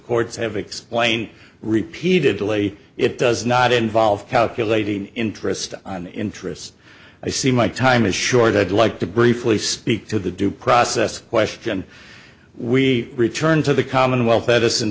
courts have explained repeatedly it does not involve calculating interest on interest i see my time is short i'd like to briefly speak to the due process question we returned to the commonwealth edi